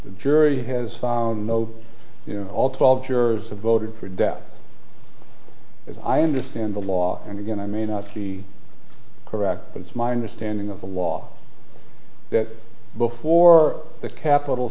the jury has found no all twelve jurors have voted for death as i understand the law and again i may not be correct but it's my understanding of the law that before that capital